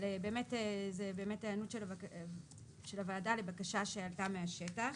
אבל זה באמת היענות של הוועדה לבקשה שעלתה מהשטח.